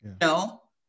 No